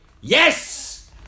yes